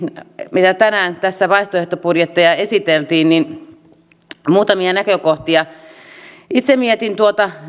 mitä tänään vaihtoehtobudjetteja esiteltiin muutamia näkökohtia itse mietin